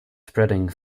spreading